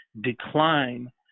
decline